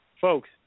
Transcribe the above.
folks